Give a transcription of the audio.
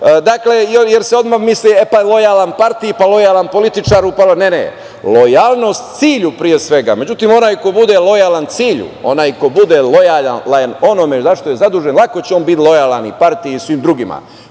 reč, jer se odmah misli lojalan partiji, pa lojalan političaru. Ne, lojalnost cilju, pre svega. Međutim, onaj ko bude lojalan cilju, onaj ko bude lojalan onome zašto je zadužen, lako će on biti lojalan i partiji i svim drugima.